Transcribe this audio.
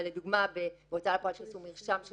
אבל לדוגמה בהוצאה לפועל שעשו מרשם של